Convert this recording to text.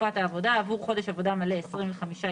"תקופת העבודה" עבור חודש עבודה מלא 25,